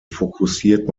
fokussiert